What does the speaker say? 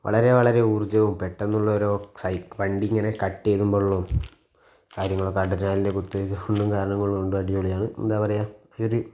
വളരെ വളരെ ഊർജവും പെട്ടെന്നുള്ളൊരു വണ്ടി ഇങ്ങനെ കട്ട് ചെയ്യുമ്പോളും കാര്യങ്ങളൊക്കെ അഡ്രിനാലിൻ്റെ കുത്ത് കൊണ്ടും കാരണങ്ങൾ കൊണ്ടും അടിപൊളിയാണ് എന്താ പറയുക ഈയൊരു